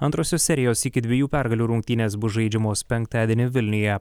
antrosios serijos iki dviejų pergalių rungtynės bus žaidžiamos penktadienį vilniuje